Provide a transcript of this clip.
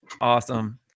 awesome